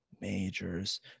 Majors